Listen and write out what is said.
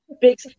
big